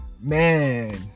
Man